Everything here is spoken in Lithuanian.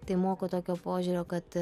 tai moko tokio požiūrio kad